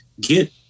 get